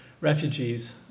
refugees